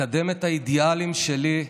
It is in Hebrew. לקדם את האידיאלים שלי,